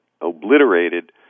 obliterated